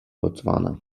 botswana